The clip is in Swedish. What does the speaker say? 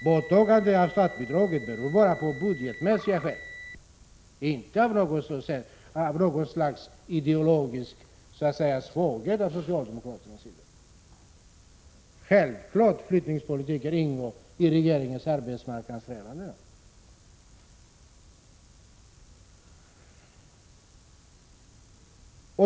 Borttagandet av startbidraget genomförs bara av budgetmässiga skäl, inte på grund av något slags ideologisk svaghet från socialdemokraternas sida. Självklart ingår flyttningspolitiken i regeringens arbetsmarknadssträvanden.